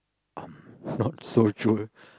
I'm not so sure